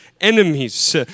enemies